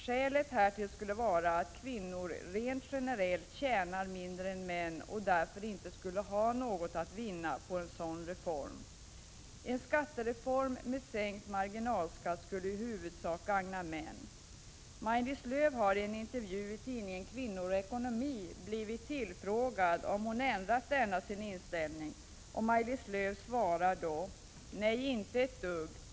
Skälet härtill skulle vara att kvinnor rent generellt tjänar mindre än män och därför inte skulle ha något att vinna på en sådan reform. En skattereform med sänkt marginalskatt skulle i huvudsak gagna män. Maj-Lis Lööw har i en intervju i tidningen Kvinnor och Ekonomi blivit tillfrågad om hon ändrat denna sin inställning. Maj-Lis Lööw svarar då: ”Nej, inte ett dugg.